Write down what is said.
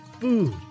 food